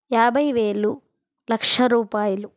యాభై వేలు లక్ష రూపాయలు